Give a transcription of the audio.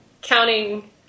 counting